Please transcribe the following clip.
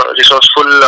resourceful